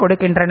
இல்லையா